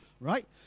right